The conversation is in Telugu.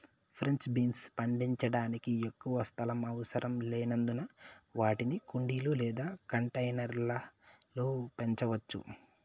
ఫ్రెంచ్ బీన్స్ పండించడానికి ఎక్కువ స్థలం అవసరం లేనందున వాటిని కుండీలు లేదా కంటైనర్ల లో పెంచవచ్చు